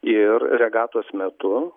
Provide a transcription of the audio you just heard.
ir regatos metu